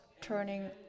turning